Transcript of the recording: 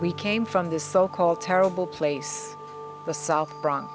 we came from this so called terrible place the south bronx